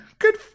Good